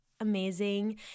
amazing